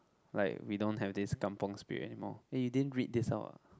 like we don't have this kampung Spirit anymore eh you didn't read this out ah